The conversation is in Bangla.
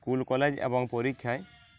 স্কুল কলেজ এবং পরীক্ষায়